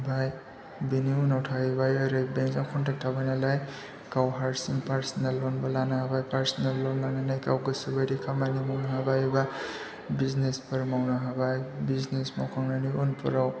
ओमफ्राय बेनि उनाव थाहैबाय ओरै बेंकजों कन्टेक्ट थाबाय नालाय गाव हारसिं पारसनेल ल'नबो लानो हाबाय पारसनेल ल'न लानानै गाव गोसोबायदि खामानि मावनो हाबाय एबा बिजनेसफोर मावनो हाबाय बिजनेस मावखांनायनि उनफोराव